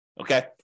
okay